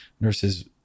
nurses